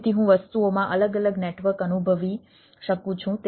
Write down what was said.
તેથી હું વસ્તુઓમાં અલગ અલગ નેટવર્ક અનુભવી શકું છું